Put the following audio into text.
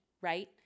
right